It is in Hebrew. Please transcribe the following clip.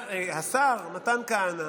השר מתן כהנא